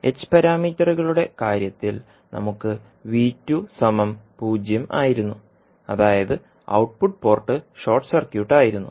h പാരാമീറ്ററുകളുടെ കാര്യത്തിൽ നമുക്ക് 0 ആയിരുന്നു അതായത് ഔട്ട്പുട്ട് പോർട്ട് ഷോർട്ട് സർക്യൂട്ട് ആയിരുന്നു